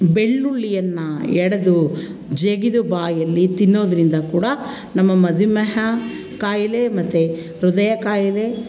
ಬೆಳ್ಳುಳ್ಳಿಯನ್ನ ಎಡೆದು ಜಗಿದು ಬಾಯಿಯಲ್ಲಿ ತಿನ್ನೋದರಿಂದ ಕೂಡ ನಮ್ಮ ಮಧುಮೇಹ ಕಾಯಿಲೆ ಮತ್ತು ಹೃದಯ ಕಾಯಿಲೆ